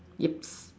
ya